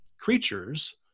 creatures